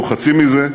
שהוא חצי מזה,